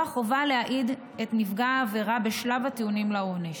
חובה להעיד את נפגע העבירה בשלב הטיעונים לעונש.